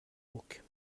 rauque